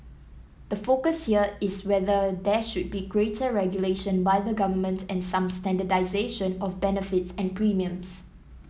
the focus here is whether there should be greater regulation by the government and some standardisation of benefits and premiums